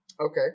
Okay